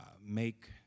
make